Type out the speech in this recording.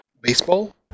Baseball